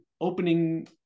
opening